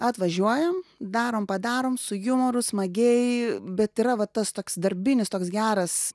atvažiuojam darom padarom su jumoru smagiai bet yra va tas toks darbinis toks geras